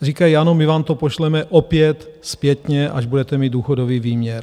Říkají, ano, my vám to pošleme opět zpětně, až budete mít důchodový výměr.